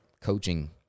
coaching